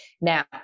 Now